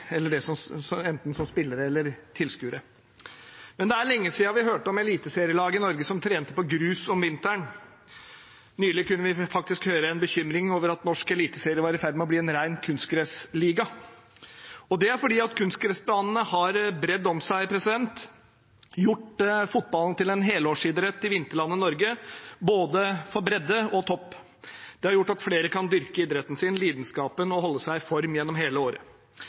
eller som tilskuere. Men det er lenge siden vi hørte om eliteserielag i Norge som trente på grus om vinteren. Nylig kunne vi faktisk høre en bekymring over at norsk eliteserie var i ferd med å bli en ren kunstgressliga. Det er fordi kunstgressbanene har bredt om seg og gjort fotballen til en helårsidrett i vinterlandet Norge for både bredde og topp. Det har gjort at flere kan dyrke idretten sin, lidenskapen, og holde seg i form gjennom hele året.